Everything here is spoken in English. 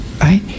Right